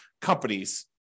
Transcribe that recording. companies